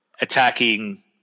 attacking